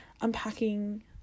unpacking